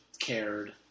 cared